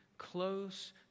Close